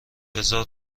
بزار